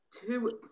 two